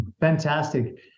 Fantastic